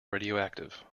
radioactive